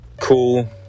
Cool